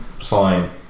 sign